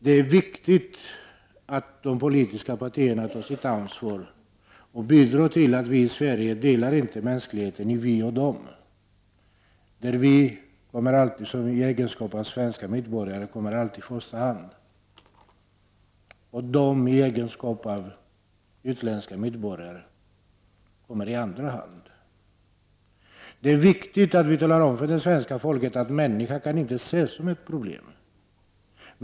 Det är viktigt att de politiska partierna tar sitt ansvar och bidrar till att vi i Sverige inte delar mänskligheten i ”vi” och ”de”, där ”vi”, i egenskap av svenska medborgare, alltid kommer i första hand och ”de”, i egenskap av utländska medborgare, kommer i andra hand. Det är viktigt att vi talar om för det svenska folket att människan inte kan ses som ett problem.